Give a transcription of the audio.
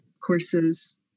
courses